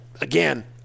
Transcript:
Again